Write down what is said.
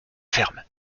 ferme